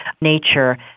nature